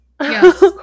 Yes